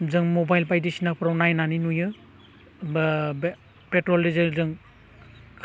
जों मबाइल बायदिसिनाफ्राव नायनानै नुयो बा बे पेट्रल दिजेलजों